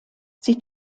sie